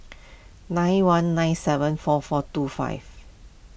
nine one nine seven four four two five